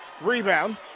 Rebound